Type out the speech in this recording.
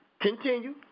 Continue